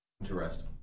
Interesting